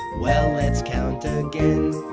well, let's count ah again.